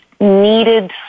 needed